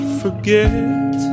forget